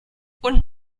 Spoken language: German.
und